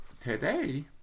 today